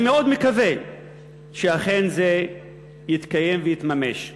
אני מאוד מקווה שאכן זה יתקיים ויתממש.